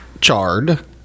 charred